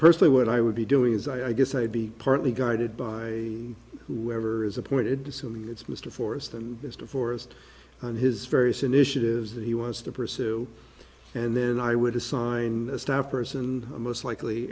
personally what i would be doing is i guess i'd be partly guided by whoever is appointed to sue me it's mr forrest and mr forrest on his various initiatives that he wants to pursue and then i would assign a staff person most likely